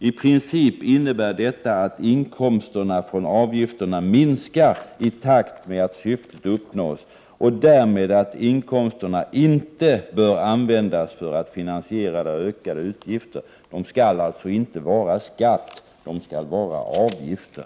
I princip innebär detta att inkomsterna från avgifterna minskar i takt med att dessas syfte uppnås och därmed att inkomsterna inte bör användas för att finansiera ökade utgifter. Det skall alltså inte vara fråga om en skatt utan om avgifter.